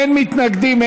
אין מתנגדים,